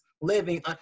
living